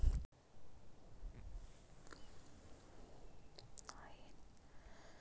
ನಾ ಏನ್ ಇಲ್ಲ ಅಂದುರ್ನು ಇಲ್ಲಿತನಾ ಒಂದ್ ಹತ್ತ ಸರಿ ಡೆಬಿಟ್ ಕಾರ್ಡ್ದು ಪಿನ್ ಚೇಂಜ್ ಮಾಡಿನಿ